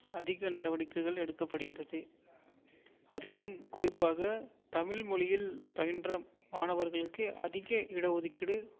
அதிக நடவடிக்கைகள் எடுக்கப்படுகிறது அதிலும் குறிப்பாக தமிழ் மொழியில் பயின்ற மாணவர்களுக்கு அதிக இட ஒதுக்கீடு